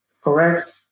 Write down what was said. correct